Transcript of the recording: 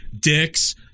dicks